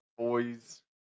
boys